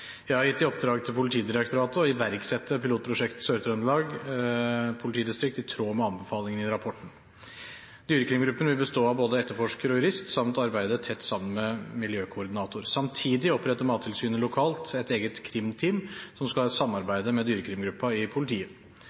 Jeg har gitt i oppdrag til Politidirektoratet å iverksette pilotprosjektet i Sør-Trøndelag politidistrikt i tråd med anbefalingene i rapporten. Dyrekrimgruppen vil bestå av både etterforsker og jurist samt arbeide tett sammen med miljøkoordinator. Samtidig oppretter Mattilsynet lokalt et eget krimteam som skal samarbeide med dyrekrimgruppen i politiet.